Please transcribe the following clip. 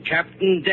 Captain